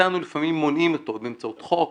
מאיתנו לפעמים מונעים אותו באמצעות חוק.